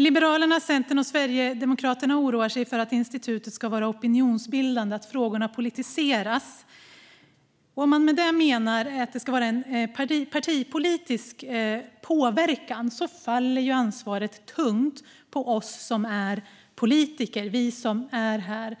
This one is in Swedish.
Liberalerna, Centern och Sverigedemokraterna oroar sig för att institutet ska vara opinionsbildande och att frågorna politiseras. Om man menar att det blir en partipolitisk påverkan faller ansvaret tungt på oss politiker, bland annat oss här